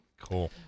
Cool